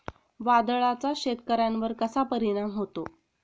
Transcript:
वादळाचा शेतकऱ्यांवर कसा परिणाम होतो?